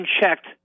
unchecked